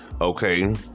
okay